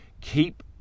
Keep